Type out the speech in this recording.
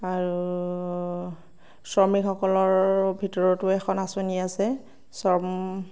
আৰু শ্ৰমিকসকলৰ ভিতৰতো এখন আচঁনি আছে শ্ৰম